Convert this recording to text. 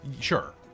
sure